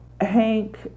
Hank